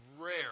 rare